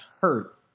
hurt